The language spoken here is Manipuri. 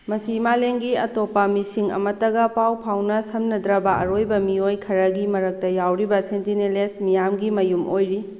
ꯃꯁꯤ ꯃꯥꯂꯦꯝꯒꯤ ꯑꯇꯣꯞꯄ ꯃꯤꯁꯤꯡ ꯑꯃꯠꯇꯒ ꯄꯥꯎ ꯐꯥꯎꯅ ꯁꯝꯅꯗ꯭ꯔꯕ ꯑꯔꯣꯏꯕ ꯃꯤꯌꯣꯏ ꯈꯔꯒꯤ ꯃꯔꯛꯇ ꯌꯥꯎꯔꯤꯕ ꯁꯦꯟꯇꯤꯅꯦꯂꯦꯁ ꯃꯤꯌꯥꯝꯒꯤ ꯃꯌꯨꯝ ꯑꯣꯏꯔꯤ